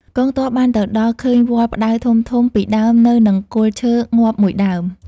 កងទ័ពបានទៅដល់ឃើញវល្លិផ្ដៅធំៗ ពីរដើមនៅនឹងគល់ឈើងាប់មួយដើម ។